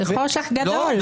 זה חושך גדול.